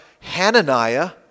Hananiah